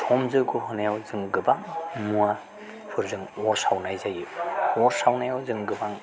हम जैग' होनायाव जों गोबां मुवाफोरजों अर सावनाय जायो अर सावनायाव जों गोबां